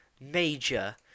Major